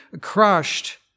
crushed